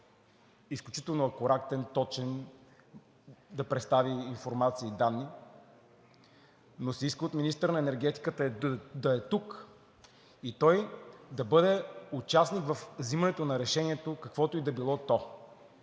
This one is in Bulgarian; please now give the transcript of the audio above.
изключително акуратен, точен, да представи информация и данни, но се иска от министъра на енергетиката да е тук и той да бъде участник във взимането на решението, каквото и да било то.